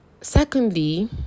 Secondly